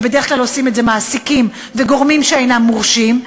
שבדרך כלל עושים את זה מעסיקים וגורמים שאינם מורשים,